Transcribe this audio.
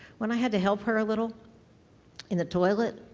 when i had to help her a little in the toilet,